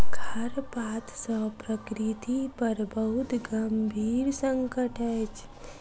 खरपात सॅ प्रकृति पर बहुत गंभीर संकट अछि